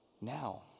now